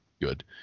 good